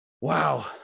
wow